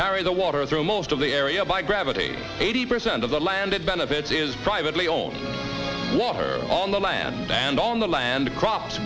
carry the water through most of the area by gravity eighty percent of the land it benefits is privately owned water on the land and on the land